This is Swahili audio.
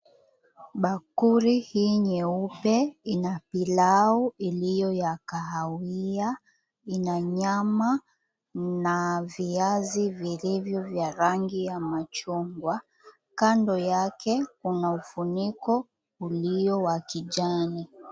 Bakuli hii nyeupe ilio na pilau na kahawia ina nyama na viazi vilivyo vya rangi vya rangi ya chungwa kando yake kuna funiko ulio wa kijani.